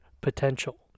potential